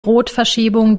rotverschiebung